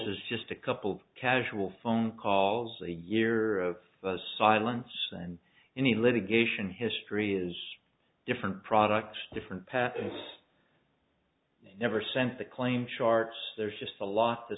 is just a couple of casual phone calls a year of silence and any litigation history is different products different pathways never sent the claim charts there's just a lot t